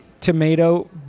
tomato